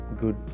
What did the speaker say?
good